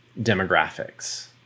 demographics